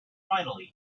finally